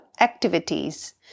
activities